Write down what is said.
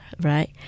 right